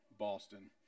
Boston